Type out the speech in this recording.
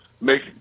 make